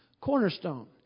cornerstone